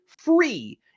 free